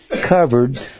covered